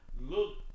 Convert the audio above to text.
look